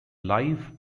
live